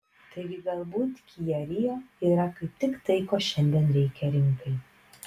taigi galbūt kia rio yra kaip tik tai ko šiandien reikia rinkai